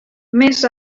més